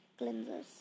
cleansers